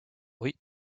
oui